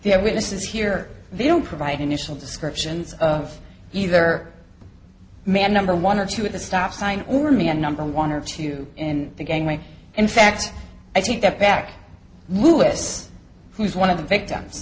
have witnesses here they don't provide initial descriptions of either man number one or two at the stop sign or man number one or two in the gangway in fact i think that back lewis who's one of the victims